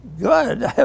good